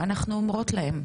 מה אנחנו אומרות להם?